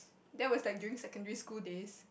that was like during secondary school days